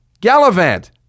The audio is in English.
Gallivant